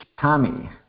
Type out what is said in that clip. Tommy